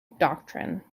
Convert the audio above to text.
doctrine